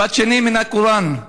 משפט שני מן הקוראן: